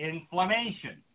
Inflammation